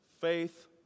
Faith